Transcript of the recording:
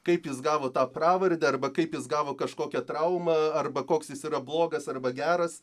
kaip jis gavo tą pravardę arba kaip jis gavo kažkokią traumą arba koks jis yra blogas arba geras